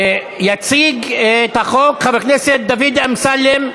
יציג את החוק חבר הכנסת דוד אמסלם.